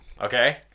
Okay